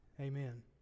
Amen